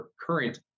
current